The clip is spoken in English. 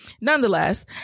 nonetheless